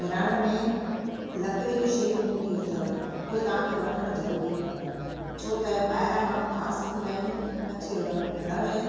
रण में लकिड़े जूं शयूं हूंदियूं अथव उहे तव्हांखे वठण ज़रूरी खपेनि छो त ॿाहिरां माण्हू ख़ासि ईंदा आहिनि कच्छ जो रण